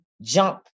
jump